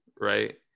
right